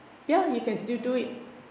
ya you can still do it